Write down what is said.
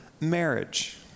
marriage